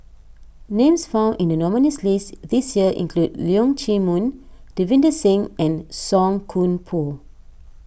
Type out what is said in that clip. names found in the nominees' list this year include Leong Chee Mun Davinder Singh and Song Koon Poh